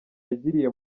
yagiriye